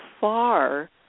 far